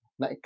na